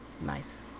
Nice